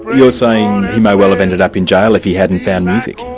you're saying he may well have ended up in jail if he hadn't found music?